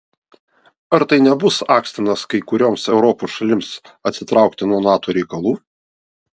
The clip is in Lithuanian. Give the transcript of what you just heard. ar tai nebus akstinas kai kurioms europos šalims atsitraukti nuo nato reikalų